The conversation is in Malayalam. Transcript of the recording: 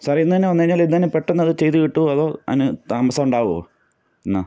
സാറെ ഇന്നുതന്നെ വന്നു കഴിഞ്ഞാൽ ഇന്നുതന്നെ പെട്ടന്നത് ചെയ്തു കിട്ടുമോ അതൊ അതിന് താമസമുണ്ടാകുമോ ഇന്ന്